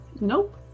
Nope